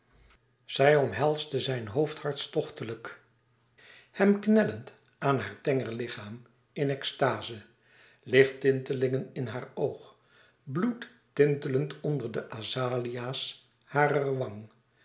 zij omhelsde zijn hoofd hartstochtelijk hem knellend aan haar tenger lichaam in extaze lichttintelingen in haar oog bloed tintelend onder de azalea's harer wang